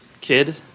kid